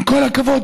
עם כל הכבוד,